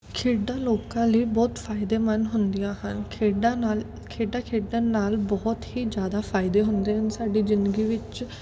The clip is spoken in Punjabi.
ਖੇਡਾਂ ਲੋਕਾਂ ਲਈ ਬਹੁਤ ਫ਼ਾਇਦੇਮੰਦ ਹੁੰਦੀਆਂ ਹਨ ਖੇਡਾਂ ਨਾਲ ਖੇਡਾਂ ਖੇਡਣ ਨਾਲ ਬਹੁਤ ਹੀ ਜ਼ਿਆਦਾ ਫ਼ਾਇਦੇ ਹੁੰਦੇ ਹਨ ਸਾਡੀ ਜ਼ਿੰਦਗੀ ਵਿੱਚ